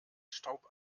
staub